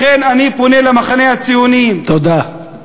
לכן אני פונה למחנה הציוני, תודה.